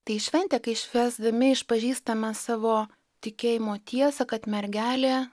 tai šventė kai švęsdami išpažįstamą savo tikėjimo tiesą kad mergelė